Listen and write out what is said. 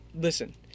Listen